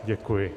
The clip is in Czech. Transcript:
Děkuji.